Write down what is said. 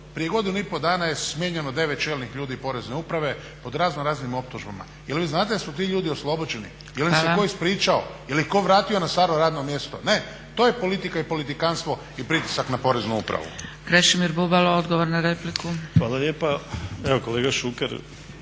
prije godinu i po dana je smijenjeno 9 čelnih ljudi porezna uprave pod razno raznim optužbama. Jel vi znate da su ti ljudi oslobođeni, jel im se ko ispričao, jel ih ko vratio na staro radno mjesto? Ne, to je politika i politikantstvo i pritisak na poreznu upravu. **Zgrebec, Dragica (SDP)** Hvala. Krešimir Bubalo